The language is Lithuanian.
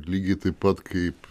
lygiai taip pat kaip